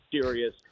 serious